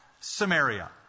Samaria